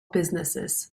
businesses